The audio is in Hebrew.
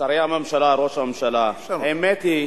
שרי הממשלה, ראש הממשלה, האמת היא,